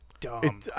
dumb